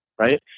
Right